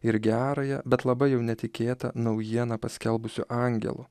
ir gerąją bet labai jau netikėtą naujieną paskelbusio angelo